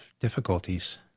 difficulties